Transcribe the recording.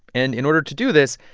and in order to do this,